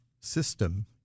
system